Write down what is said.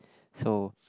so